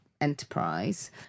enterprise